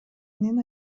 менен